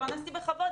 התפרנסתי בכבוד,